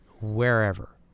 wherever